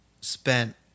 spent